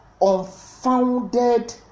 unfounded